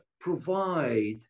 provide